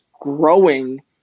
growing